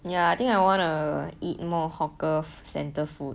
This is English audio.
ya I think I wanna eat more hawker centre food